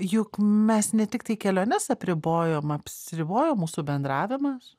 juk mes ne tiktai keliones apribojom apsiribojo mūsų bendravimas